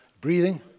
Breathing